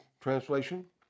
translation